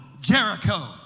Jericho